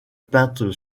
peintre